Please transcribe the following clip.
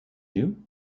you